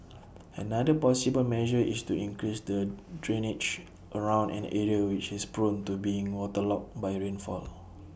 another possible measure is to increase the drainage around an area which is prone to being waterlogged by rainfall